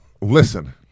listen